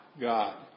God